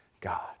God